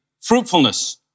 fruitfulness